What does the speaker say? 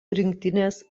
rinktinės